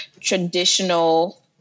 traditional